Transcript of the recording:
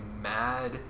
mad